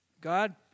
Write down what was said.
God